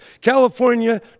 California